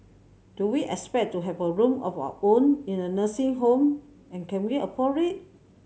do we expect to have a room of our own in a nursing home and can we afford it